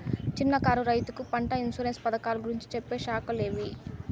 చిన్న కారు రైతుకు పంట ఇన్సూరెన్సు పథకాలు గురించి చెప్పే శాఖలు ఏవి?